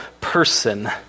person